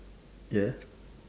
ya